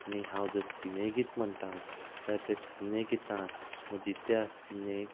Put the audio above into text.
आनी हांव जर सिने गीत म्हणटा जाल्यार त्या सिने गितांत म्हजी त्या सिने